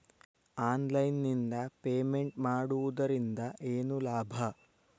Online ನಿಂದ payment ಮಾಡುವುದರಿಂದ ಏನು ಲಾಭ?